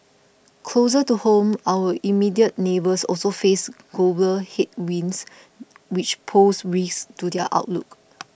closer to home our immediate neighbours also face global headwinds which pose risks to their outlook